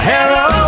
Hello